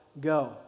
go